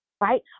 right